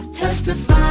testify